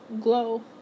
glow